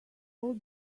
all